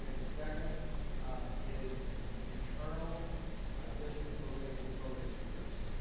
the second is internal district related focus groups,